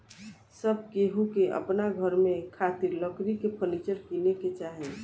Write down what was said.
सब केहू के अपना घर में खातिर लकड़ी के फर्नीचर किने के चाही